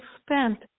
spent